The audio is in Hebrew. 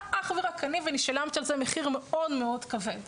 אך ורק אני ואני שילמתי על זה מחיר מאוד מאוד כבד,